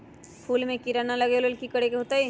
फूल में किरा ना लगे ओ लेल कि करे के होतई?